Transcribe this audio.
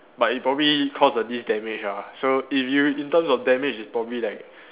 but it probably cause the least damage ah so if you in terms of damage is probably like